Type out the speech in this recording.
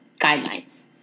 guidelines